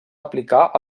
aplicar